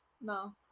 No